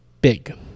big